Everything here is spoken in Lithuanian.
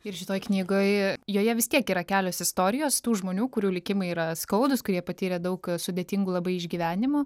ir šitoj knygoj joje vis tiek yra kelios istorijos tų žmonių kurių likimai yra skaudūs kurie patyrė daug sudėtingų labai išgyvenimų